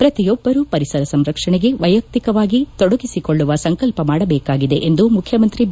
ಪ್ರತಿಯೊಬ್ಬರು ಪರಿಸರ ಸಂರಕ್ಷಣೆಗೆ ವೈಯಕ್ತಿಕವಾಗಿ ತೊಡಗಿಸಿಕೊಳ್ಳುವ ಸಂಕಲ್ಪ ಮಾಡಬೇಕಾಗಿದೆ ಎಂದು ಮುಖ್ಯಮಂತ್ರಿ ಬಿ